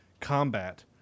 combat